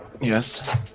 Yes